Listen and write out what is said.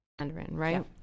right